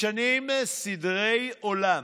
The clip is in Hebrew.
משנים סדרי עולם: